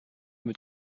mit